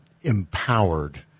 empowered